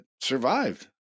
survived